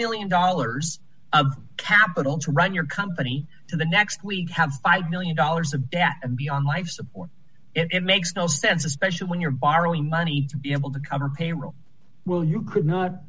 million dollars of capital to run your company to the next we have five million dollars to bath and beyond life support and it makes no sense especially when you're borrowing money to be able to cover payroll will you could not